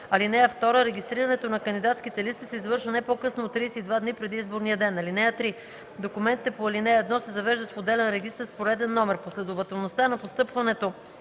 лица. (2) Регистрирането на кандидатските листи се извършва не по-късно от 32 дни преди изборния ден. (3) Документите по ал. 1 се завеждат в отделен регистър с пореден номер. Последователността на постъпването